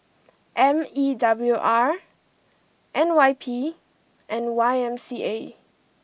M E W R N Y P and Y M C A